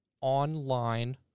online